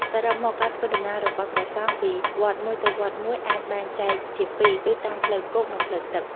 សរុបមក ការធ្វើដំណើររបស់ព្រះសង្ឃពីវត្តមួយទៅវត្តមួយអាចបែងចែកជាពីរគឺតាម ផ្លូវគោក និងផ្លូវទឹក។